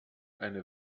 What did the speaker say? eine